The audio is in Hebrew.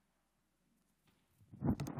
חברי הכנסת, קודם כול, חבר הכנסת כסיף,